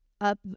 up